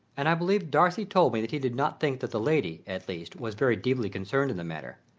and i believe darcy told me that he did not think that the lady, at least, was very deeply concerned in the matter.